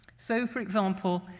so, for example,